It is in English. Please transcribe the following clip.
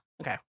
okay